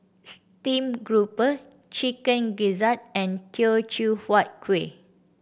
stream grouper Chicken Gizzard and Teochew Huat Kueh